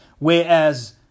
Whereas